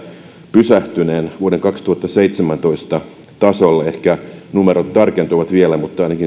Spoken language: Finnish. pysähtyneen vuoden kaksituhattaseitsemäntoista tasolle ehkä numerot tarkentuvat vielä mutta ainakin sivulla kaksisataaseitsemänkymmentäyksi on tämmöinen taulukko